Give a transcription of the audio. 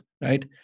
right